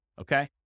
Okay